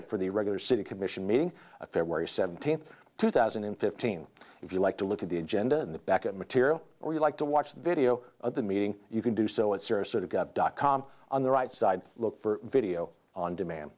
it for the regular city commission meeting february seventeenth two thousand and fifteen if you like to look at the agenda in the back of material or you'd like to watch the video of the meeting you can do so it serves sort of got dot com on the right side look for video on demand